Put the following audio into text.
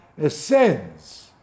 ascends